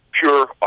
pure